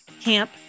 Camp